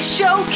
show